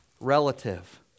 relative